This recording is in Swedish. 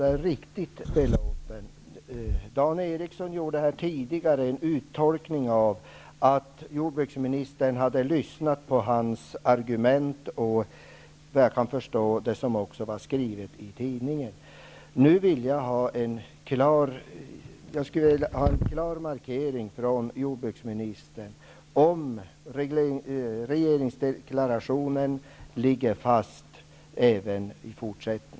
Dan Ericsson i Kolmården gjorde här tidigare uttolkningen att jordbruksministern hade lyssnat på Dan Ericssons argument och, vad jag kan förstå, beaktat det som var skrivet i tidningen. Jag skulle från jordbruksministern vilja ha en klar markering huruvida regeringsdeklarationen ligger fast även i fortsättningen.